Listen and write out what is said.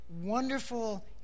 wonderful